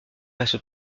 reste